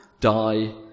die